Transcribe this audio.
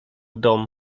dom